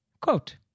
quote